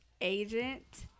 agent